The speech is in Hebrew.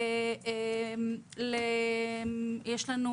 יש לנו